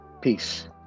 peace